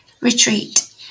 Retreat